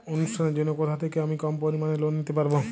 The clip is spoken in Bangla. অনুষ্ঠানের জন্য কোথা থেকে আমি কম পরিমাণের লোন নিতে পারব?